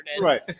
right